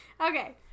Okay